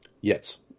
Yes